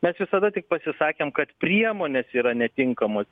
mes visada tik pasisakėm kad priemonės yra netinkamos